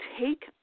take